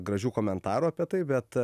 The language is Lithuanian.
gražių komentarų apie tai bet